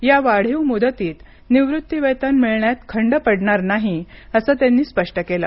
या वाढीव मुदतीत निवृत्तीवेतन मिळण्यात खंड पडणार नाही असं त्यांनी स्पष्ट केलं